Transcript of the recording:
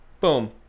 Boom